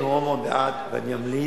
אני מאוד בעד ואני אמליץ.